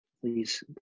Please